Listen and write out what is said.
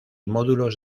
módulos